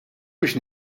biex